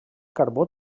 carbó